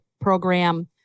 program